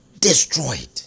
Destroyed